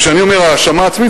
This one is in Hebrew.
כשאני אומר "האשמה עצמית",